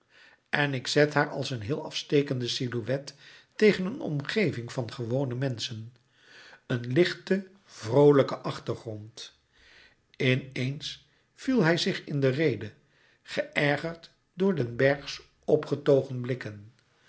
en ik zet haar als een heel louis couperus metamorfoze afstekende silhouet tegen een omgeving van gewone menschen een lichten vroolijken achtergrond in eens viel hij zich in de rede geërgerd door den berghs opgetogen blikken